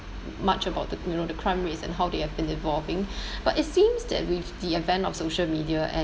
much about the you know the crime rates and how they have been evolving but it seems that with the advent of social media and